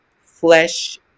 flesh